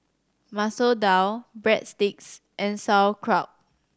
Masoor Dal Breadsticks and Sauerkraut